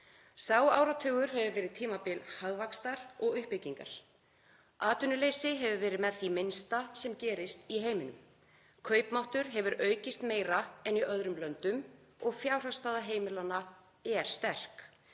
Sá áratugur hefur verið tímabil hagvaxtar og uppbyggingar. Atvinnuleysi hefur verið með því minnsta sem gerist í heiminum. Kaupmáttur hefur aukist meira en í öðrum löndum og fjárhagsstaða heimilanna er sterk.